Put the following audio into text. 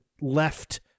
left